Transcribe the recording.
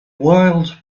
wild